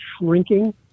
shrinking